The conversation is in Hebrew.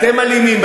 אתם אלימים.